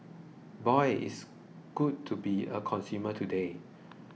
boy it's good to be a consumer today